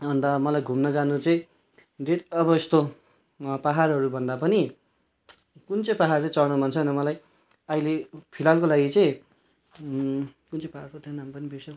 अन्त मलाई घुम्न जानु चाहिँ अब यस्तो पाहाडहरू भन्दा पनि कुन चाहिँ पाहाड चाहिँ चढ्न मन छ मलाई अहिले फिलहालको लागि चाहिँ कुन चाहिँ पाहाड पो थियो नाम पनि बिर्सेँ हौ